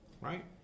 Right